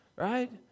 Right